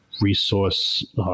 resource